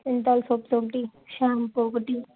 Cinthol soaps ఒకటి shampoo ఒకటి